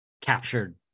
captured